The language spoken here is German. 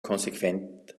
konsequent